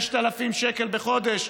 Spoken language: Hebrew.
6,000 שקל בחודש.